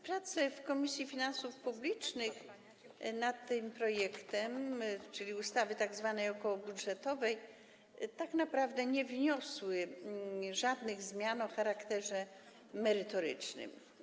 Prace w Komisji Finansów Publicznych nad tym projektem ustawy, czyli ustawy tzw. okołobudżetowej, tak naprawdę nie przyniosły żadnych zmian o charakterze merytorycznym.